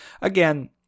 Again